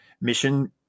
mission